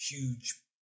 huge